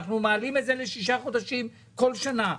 אנחנו מעלים את זה לשישה חודשים כל שנה,